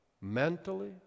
mentally